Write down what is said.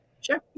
Sure